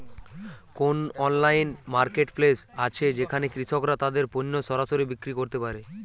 কোন online marketplace আছে যেখানে কৃষকরা তাদের পণ্য সরাসরি বিক্রি করতে পারে?